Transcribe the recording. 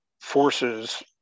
forces